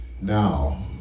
now